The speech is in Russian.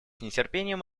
нетерпением